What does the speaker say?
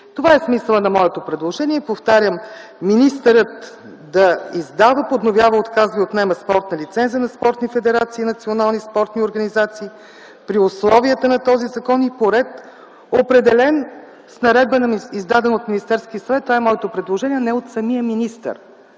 Това е смисълът на моето предложение и, повтарям – министърът да издава, подновява, отказва и отнема спортна лицензия на спортни федерации и национални спортни организации при условията на този закон и по ред, определен с наредба, издадена от Министерския съвет, а не от самия министър.